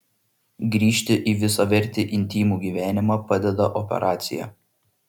grįžti į visavertį intymų gyvenimą padeda operacija